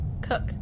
Cook